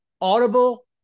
Audible